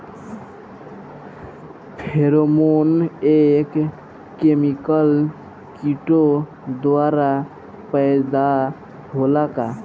Pheromone एक chemical किटो द्वारा पैदा होला का?